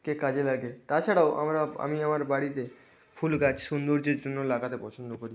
কে কাজে লাগে তাছাড়াও আমরা আমি আমার বাড়িতে ফুল গাছ সুন্দর্যের জন্য লাগাতে পছন্দ করি